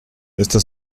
esta